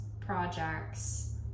projects